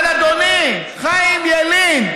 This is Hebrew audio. אבל אדוני חיים ילין,